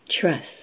Trust